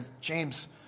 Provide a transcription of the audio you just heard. James